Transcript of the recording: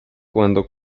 cuando